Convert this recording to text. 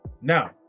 Now